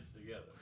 together